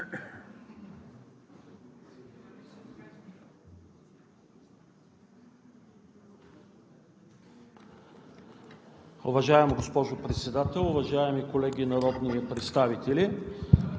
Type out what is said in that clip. Уважаема госпожо Председател, уважаеми колеги народни представители!